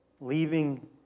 leaving